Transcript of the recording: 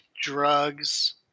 Drugs